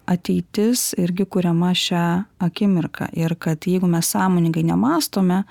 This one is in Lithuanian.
ateitis irgi kuriama šią akimirką ir kad jeigu mes sąmoningai nemąstome